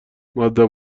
مودب